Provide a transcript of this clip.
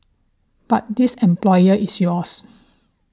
but this employer is yours